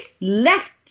left